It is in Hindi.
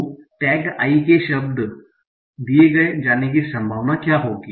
तो टैग i के शब्द दिए जाने की संभावना क्या होगी